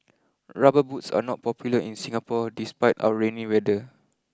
Rubber boots are not popular in Singapore despite our rainy weather